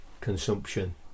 consumption